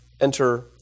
Enter